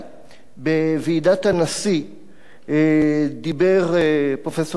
בוועידת הנשיא דיבר פרופסור גלאי,